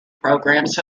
programs